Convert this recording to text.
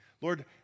Lord